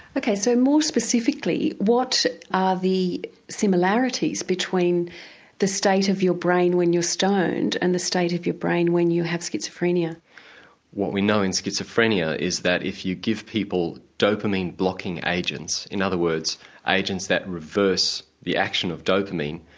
ok, so more specifically what are the similarities between the state of your brain when you're stoned and the state of your brain when you have schizophrenia? what we know in schizophrenia is that if you give people dopamine blocking agents, in other words agents that reverse the action of dopamine,